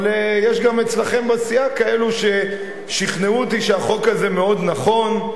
אבל יש גם אצלכם בסיעה כאלו ששכנעו אותי שהחוק הזה מאוד נכון,